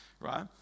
right